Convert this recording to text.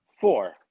four